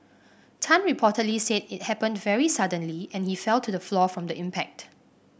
Tan reportedly said it happened very suddenly and he fell to the floor from the impact